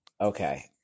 Okay